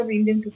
Indian